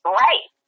right